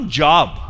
job